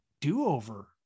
do-over